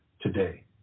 today